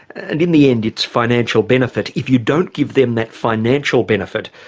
and in the end it's financial benefit, if you don't give them that financial benefit,